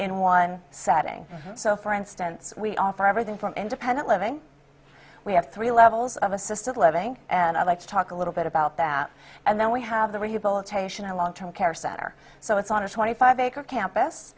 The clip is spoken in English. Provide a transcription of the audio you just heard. in one setting so for instance we offer everything from independent living we have three levels of assisted living and i'd like to talk a little bit about that and then we have the rehabilitation a long term care center so it's on a twenty five acre campus